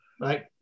right